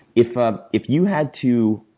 if ah if you had to